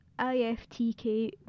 IFTK